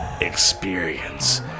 experience